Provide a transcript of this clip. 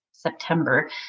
September